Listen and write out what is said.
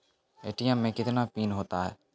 ATM मे कितने PIN होता हैं?